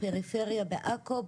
בפריפריה בעכו,